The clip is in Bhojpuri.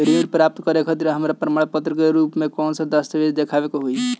ऋण प्राप्त करे खातिर हमरा प्रमाण के रूप में कौन दस्तावेज़ दिखावे के होई?